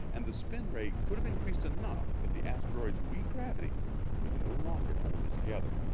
and the spin rate could have increased enough that the asteroid's weak gravity could no longer hold it together.